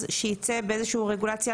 אז שייצא באיזה שהיא רגולציה.